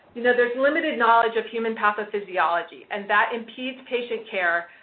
you know, there's limited knowledge of human pathophysiology, and that impedes patient care.